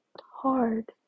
hard